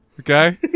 okay